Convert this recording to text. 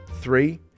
Three